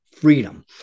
freedom